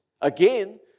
Again